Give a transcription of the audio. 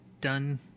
done